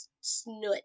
snoot